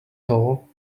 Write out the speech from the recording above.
tall